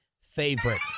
favorite